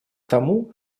тому